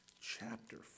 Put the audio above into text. chapter